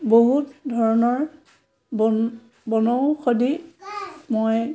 বহুত ধৰণৰ বন বনৌষধি মই